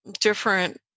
different